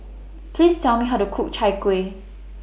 Please Tell Me How to Cook Chai Kuih